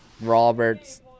Roberts